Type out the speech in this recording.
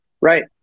Right